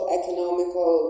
economical